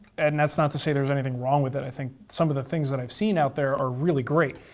and that's not to say there's anything wrong with it. i think some of the things that i've seen out there are really great,